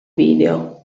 video